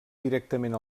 directament